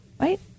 Right